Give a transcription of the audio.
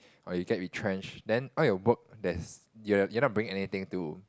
or you get retrenched then all your work that's you're you're not bringing anything to